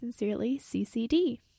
SincerelyCCD